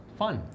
fun